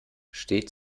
steht